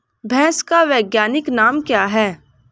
भैंस का वैज्ञानिक नाम क्या है?